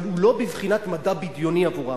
אבל הוא לא בבחינת מדע בדיוני עבורם.